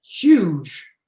huge